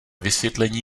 vysvětlení